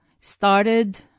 started